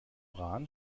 rahn